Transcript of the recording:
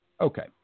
Okay